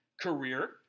Career